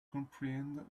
comprehend